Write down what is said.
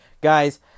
Guys